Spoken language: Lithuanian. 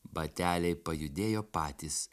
bateliai pajudėjo patys